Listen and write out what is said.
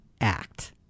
act